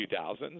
2000s